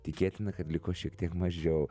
tikėtina kad liko šiek tiek mažiau